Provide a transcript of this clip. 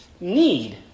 need